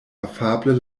afable